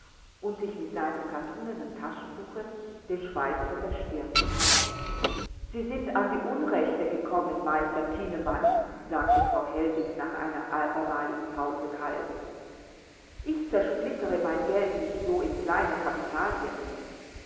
und sich mit seinem kattunenen taschentuche den schweiß von der stirn wischte sie sind an die unrechte gekommen meister thienemann sagte frau hellwig nach einer abermaligen pause kalt ich zersplittere mein geld nicht in so kleine